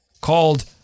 called